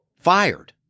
fired